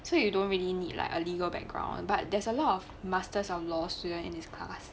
so you don't really need like a legal background but theres a lot of masters of law students in his class